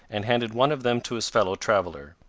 and handed one of them to his fellow-traveler.